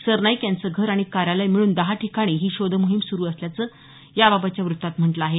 सरनाईक यांचं घर आणि कार्यालय मिळून दहा ठिकाणी ही शोधमोहीम सुरू असल्याचं याबाबतच्या वृत्तात म्हटल आहे